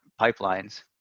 pipelines